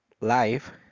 life